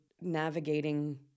navigating